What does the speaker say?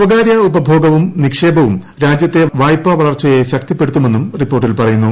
സ്വകാര്യ ഉപഭോഗവും നിക്ഷേപവും രാജ്യത്തെ വായ്പാവളർച്ചയെ ശക്തിപ്പെടുത്തുമെന്നും റിപ്പോർട്ടിൽ പറയുന്നു